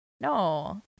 No